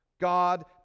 God